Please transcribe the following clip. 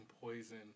poison